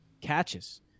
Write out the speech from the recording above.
catches